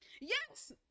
Yes